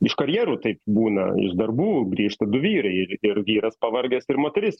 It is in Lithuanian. iš karjerų taip būna iš darbų grįžta du vyrai ir vyras pavargęs ir moteris